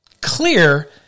clear